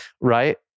right